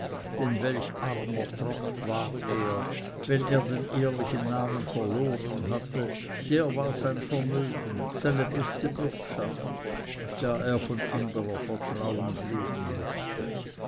denn welch armer tropf war er wenn er den ehrlichen namen verloren hatte der war sein vermögen seine beste bürgschaft da er von anderer vertrauen leben mußte